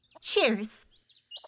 Cheers